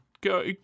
go